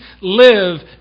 live